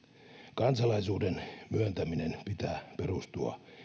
kansalaisuuden myöntämisen pitää perustua